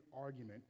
argument